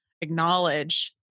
acknowledge